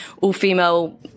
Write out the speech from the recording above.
all-female